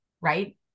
right